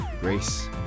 grace